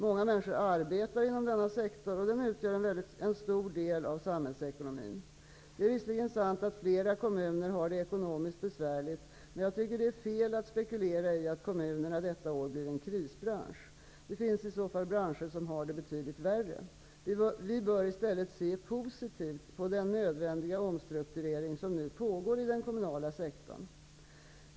Många människor arbetar inom denna sektor, och den utgör en stor del av samhällsekonomin. Det är visserligen sant att flera kommuner har det ekonomiskt besvärligt, men jag tycker det är fel att spekulera i att kommunerna detta år blir en krisbransch. Det finns i så fall branscher som har det betydligt värre. Vi bör i stället se positivt på den nödvändiga omstrukturering som nu pågår i den kommunala sektorn.